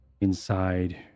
inside